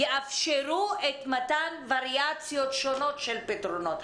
יאפשרו מתן וריאציות שונות של פתרונות.